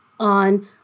on